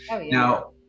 now